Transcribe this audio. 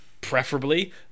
preferably